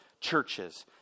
churches